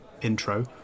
intro